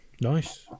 Nice